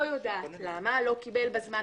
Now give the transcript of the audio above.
לא יודעת למה לא קיבל בזמן,